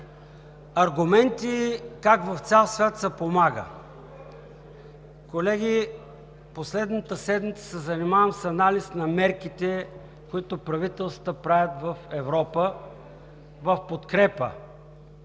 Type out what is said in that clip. аргументи как в цял свят се помага. Колеги, последната седмица се занимавам с анализ на мерките, които правителствата правят в Европа, в подкрепа